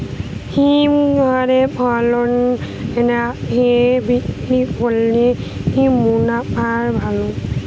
হিমঘরে ফসল রেখে বিক্রি করলে কি মুনাফা ভালো?